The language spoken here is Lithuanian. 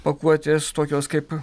pakuotės tokios kaip